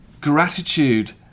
Gratitude